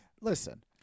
Listen